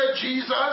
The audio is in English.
Jesus